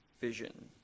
vision